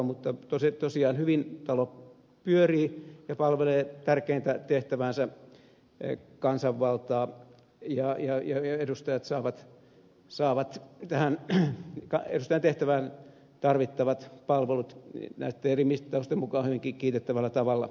mutta tosiaan hyvin talo pyörii ja palvelee tärkeintä tehtäväänsä kansanvaltaa ja edustajat saavat edustajan tehtävään tarvittavat palvelut näiden eri mittausten mukaan hyvinkin kiitettävällä tavalla